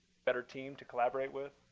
better team to collaborate with.